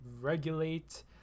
regulate